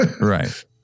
right